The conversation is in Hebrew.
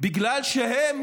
בגלל שהם